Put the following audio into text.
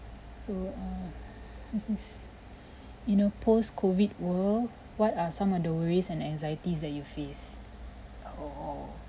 so err what's this you know post COVID world what are some of the worries and anxieties that you face uh or